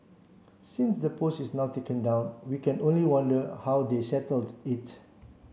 since the post is now taken down we can only wonder how they settled it